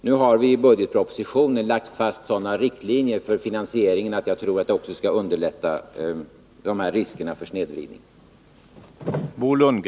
Nu har vi i budgetpropositionen lagt fast sådana riktlinjer för finansieringen, att jag tror att det skall bli lättare att undvika riskerna för en snedvridning.